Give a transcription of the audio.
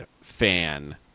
fan